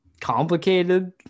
complicated